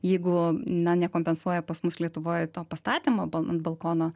jeigu na nekompensuoja pas mus lietuvoj to pastatymo ban ant balkono